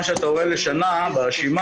מה שאתה רואה לשנה ברשימה,